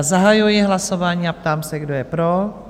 Zahajuji hlasování a ptám se, kdo je pro?